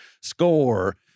score